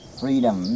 freedom